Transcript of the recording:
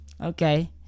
Okay